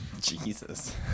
Jesus